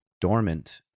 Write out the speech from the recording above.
dormant